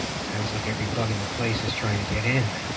sounds like every bug in the place is trying to get in,